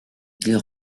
ils